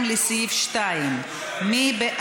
מרב